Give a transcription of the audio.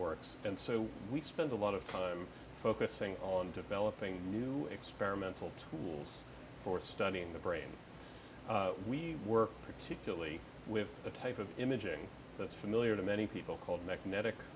works and so we spend a lot of time focusing on developing new experimental tools for studying the brain we work particularly with the type of imaging that's familiar to many people called